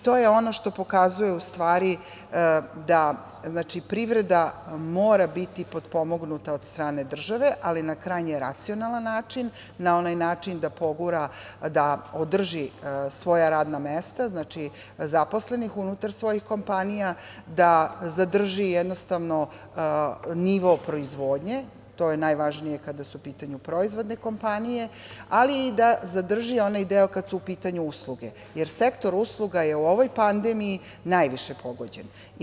To je ono što pokazuje u stvari da privreda mora biti potpomognuta od strane države, ali na krajnje racionalan način, na onaj način da održi svoja radna mesta zaposlenih unutar svojih kompanija, da zadrži jednostavno nivo proizvodnje, to je najvažnije kada su u pitanju proizvodne kompanije, ali i da zadrži onaj deo kada su u pitanju usluge, jer sektor usluga je u ovoj pandemiji najviše pogođen.